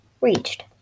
reached